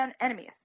enemies